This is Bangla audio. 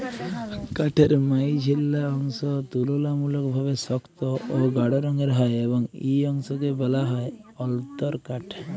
কাঠের মাইঝল্যা অংশ তুললামূলকভাবে সক্ত অ গাঢ় রঙের হ্যয় এবং ই অংশকে ব্যলা হ্যয় অল্তরকাঠ